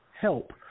help